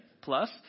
Plus